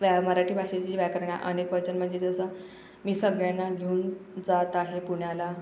व्या मराठी भाषेचे व्याकरण अनेकवचन म्हणजे जसं मी सगळ्यांना घेऊन जात आहे पुण्याला